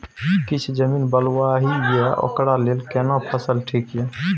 किछ जमीन बलुआही ये ओकरा लेल केना फसल ठीक ये?